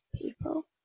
people